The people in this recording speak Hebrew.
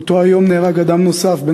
באותו היום נהרג אדם נוסף,